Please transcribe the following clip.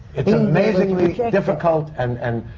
it's amazingly difficult and. and.